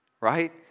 right